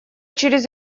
через